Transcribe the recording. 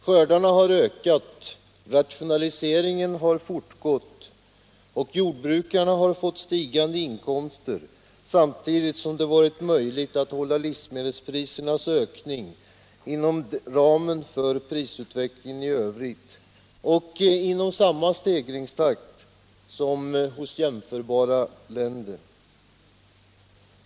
Skördarna har ökat, rationaliseringen har fortgått och jordbrukarna har fått stigande inkomster samtidigt som det varit möjligt att hålla livsmedelsprisernas ökning inom ramen för prisutvecklingen i övrigt och inom samma stegringstakt som hos jämförbara länder.